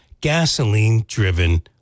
gasoline-driven